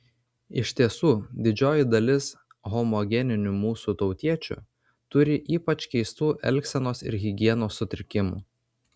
iš tiesų didžioji dalis homogeninių mūsų tautiečių turi ypač keistų elgsenos ir higienos sutrikimų